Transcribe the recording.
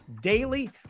daily